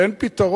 אבל אין פתרון.